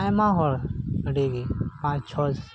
ᱟᱭᱢᱟ ᱦᱚᱲ ᱟᱹᱰᱤᱜᱮ ᱯᱟᱸᱪ ᱪᱷᱚᱭ